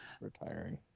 retiring